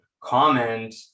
comment